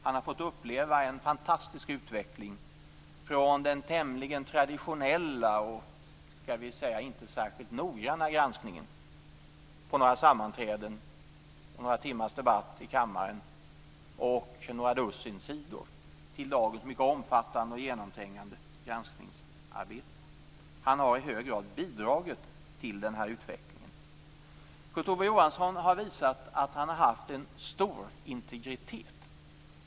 Han har fått uppleva en fantastisk utveckling - från den tämligen traditionella och inte särskilt noggranna granskningen på några sammanträden, några timmars debatt i kammaren och några dussin sidor till dagens mycket omfattande och genomträngande granskningsarbete. Han har i hög grad bidragit till denna utveckling. Kurt Ove Johansson har visat att han har en stor integritet.